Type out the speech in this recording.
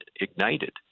ignited